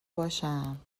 باشم